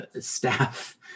staff